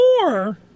more